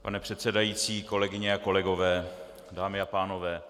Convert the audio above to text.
Pane předsedající, kolegyně a kolegové, dámy a pánové.